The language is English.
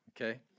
Okay